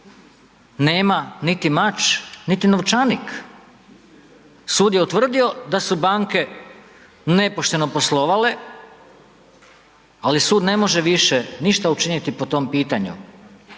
nema niti mač, niti novčanik. Sud je utvrdio da su banke nepošteno poslovale, ali sud ne može više ništa učiniti po tom pitanju.